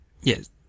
Yes